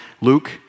Luke